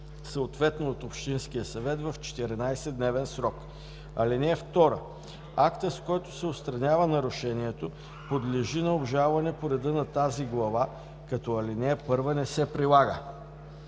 съответно от общински съвет – в 14-дневен срок. (2) Актът, с който се отстранява нарушението, подлежи на обжалване по реда на тази глава, като ал. 1 не се прилага.“